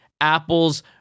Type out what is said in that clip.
Apples